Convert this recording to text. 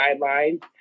guidelines